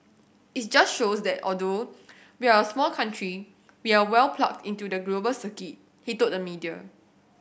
it just shows that although we're a small country we're well plugged into the global circuit he told the media